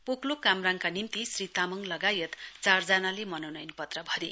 पोकलोक कामराङका निम्ति श्री तामङ लगायत चार जनाले मनोनयन पत्र भरे